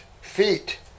feet